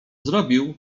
zrobił